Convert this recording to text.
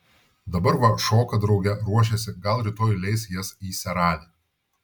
dabar va šoka drauge ruošiasi gal rytoj leis jas į seralį